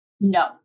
No